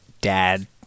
dad